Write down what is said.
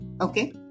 Okay